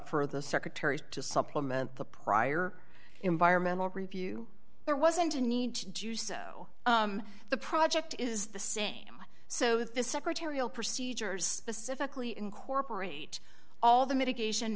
for the secretary to supplement the prior environmental review there wasn't a need to do so the project is the same so the secretarial procedures pacifically incorporate all the mitigation